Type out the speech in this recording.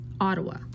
Ottawa